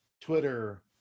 Twitter